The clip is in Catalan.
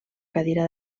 cadira